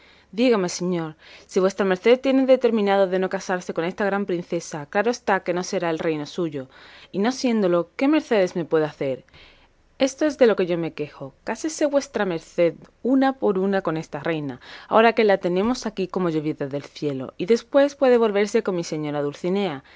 dígame señor si vuestra merced tiene determinado de no casarse con esta gran princesa claro está que no será el reino suyo y no siéndolo qué mercedes me puede hacer esto es de lo que yo me quejo cásese vuestra merced una por una con esta reina ahora que la tenemos aquí como llovida del cielo y después puede volverse con mi señora dulcinea